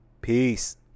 peace